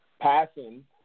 passing